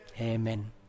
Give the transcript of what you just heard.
Amen